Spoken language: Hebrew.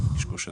הקשקוש הזה.